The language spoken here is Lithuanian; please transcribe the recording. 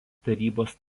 tarybos